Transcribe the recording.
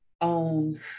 own